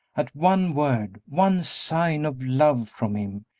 at one word, one sign of love from him,